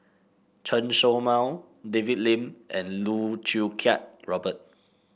Chen Show Mao David Lim and Loh Choo Kiat Robert